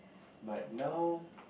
but now